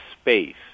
space